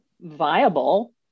viable